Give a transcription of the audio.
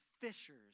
fishers